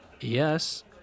Yes